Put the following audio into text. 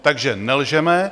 Takže nelžeme.